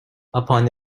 upon